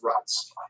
rights